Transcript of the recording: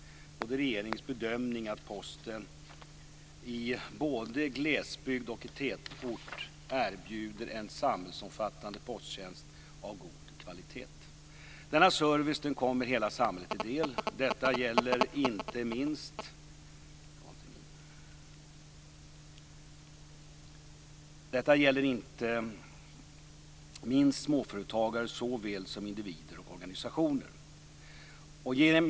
Det är regeringens bedömning att Posten i både glesbygd och i tätort erbjuder en samhällsomfattande posttjänst av god kvalitet. Denna service kommer hela samhället till del. Detta gäller inte minst småföretagare såväl som individer och organisationer.